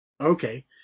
Okay